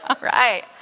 right